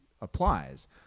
applies